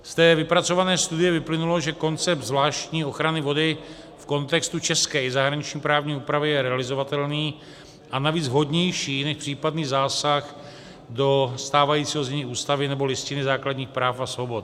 Z té vypracované studie vyplynulo, že koncept zvláštní ochrany vody v kontextu české i zahraniční právní úpravy je realizovatelný a navíc vhodnější než případný zásah do stávajícího znění Ústavy nebo Listiny základních práv a svobod.